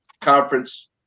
conference